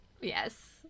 Yes